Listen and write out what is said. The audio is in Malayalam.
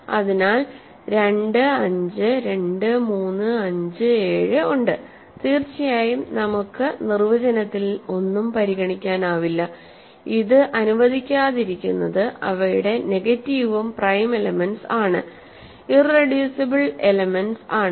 അതിനാൽ 2 5 2 3 5 7 ഉണ്ട് തീർച്ചയായും നമുക്ക് നിർവചനത്തിൽ ഒന്നും പരിഗണിക്കാനാവില്ല ഇത് അനുവദിക്കാതിരിക്കുന്നത് ഇവയുടെ നെഗറ്റീവും പ്രൈം എലെമെന്റ്സ് ആണ്ഇറെഡ്യൂസിബിൾ എലെമെന്റ്സ് ആണ്